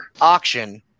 auction